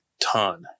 ton